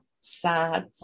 Sad